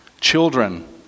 Children